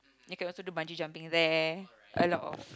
you can also do the bungee jumping there a lot of